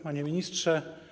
Panie Ministrze!